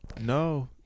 No